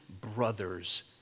brothers